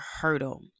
hurdle